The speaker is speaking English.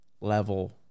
level